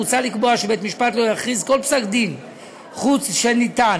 מוצע לקבוע שבית-משפט לא יכריז כל פסק-דין חוץ שניתן